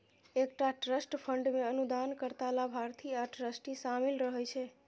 एकटा trust fund मे अनुदानकर्ता, लाभार्थी आ ट्रस्टी शामिल रहै छै